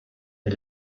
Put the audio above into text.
est